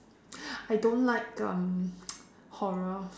I don't like um horror